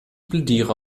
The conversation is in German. plädiere